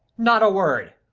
not a word.